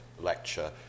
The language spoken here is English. lecture